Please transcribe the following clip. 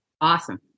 Awesome